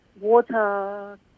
water